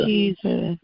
Jesus